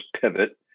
pivot